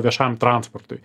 viešajam transportui